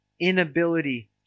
inability